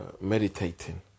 meditating